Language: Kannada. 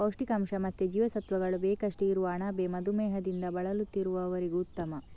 ಪೌಷ್ಟಿಕಾಂಶ ಮತ್ತೆ ಜೀವಸತ್ವಗಳು ಬೇಕಷ್ಟು ಇರುವ ಅಣಬೆ ಮಧುಮೇಹದಿಂದ ಬಳಲುತ್ತಿರುವವರಿಗೂ ಉತ್ತಮ